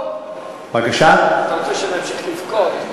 אתה רוצה שנמשיך לבכות?